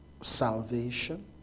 salvation